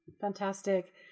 Fantastic